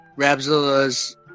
Rabzilla's